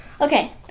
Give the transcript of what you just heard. Okay